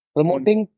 Promoting